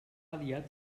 aliat